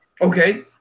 Okay